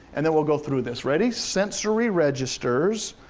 and then we'll go through this. ready? sensory registers,